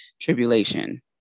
tribulation